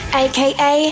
aka